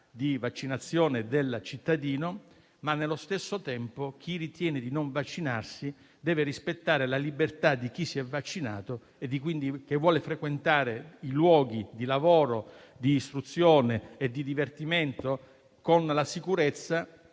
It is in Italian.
di scelta del cittadino in materia. Nello stesso tempo, però, chi ritiene di non vaccinarsi deve rispettare la libertà di chi si è vaccinato, che vuole frequentare i luoghi di lavoro, di istruzione e di divertimento, con la massima